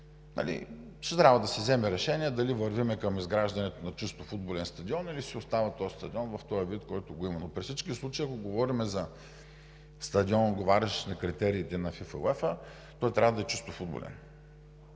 ще трябва да се вземе решение дали вървим към изграждането на чисто футболен стадион, или си остава този стадион във вида, в който го има. Но при всички случаи, ако говорим за стадион, отговарящ на критериите на ФИФА и УЕФА, той трябва да е чисто футболен.